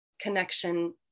connection